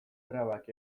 trabak